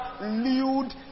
lewd